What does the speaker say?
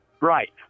Right